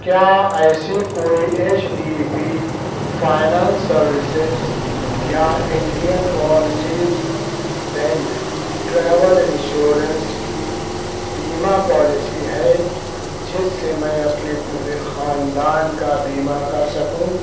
کیا ایسی کوئی H D B finance services یا Indian overseas bank travel insurance کی بیمہ پالیسی ہے جس سے میں اپنے پورے خاندان کا بیمہ کر سکوں